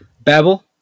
Babel